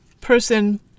person